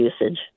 usage